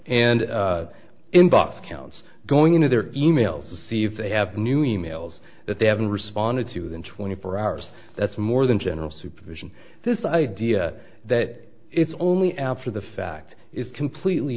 inbox counts going into their emails to see if they have new emails that they haven't responded to than twenty four hours that's more than general supervision this idea that it's only after the fact is completely